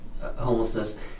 homelessness